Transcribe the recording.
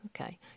okay